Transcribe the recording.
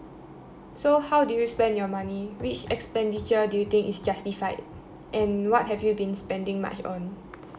so how do you spend your money which expenditure do you think is justified and what have you been spending much on